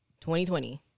2020